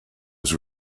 was